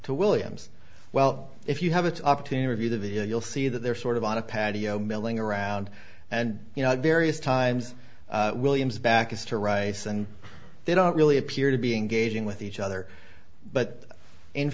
to williams well if you have an opportunity of you the video you'll see that they're sort of on a patio milling around and you know various times williams back is to rice and they don't really appear to be engaging with each other but in